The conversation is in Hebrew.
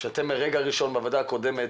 שמהרגע הראשון בוועדה הקודמת